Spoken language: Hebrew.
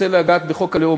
אני רוצה לגעת בחוק הלאום,